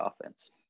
offense